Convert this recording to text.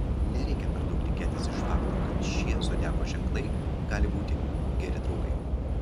nereikia per daug tikėtis iš fakto kad šie zodiako ženklai gali būti geri draugai